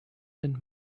and